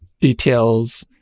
details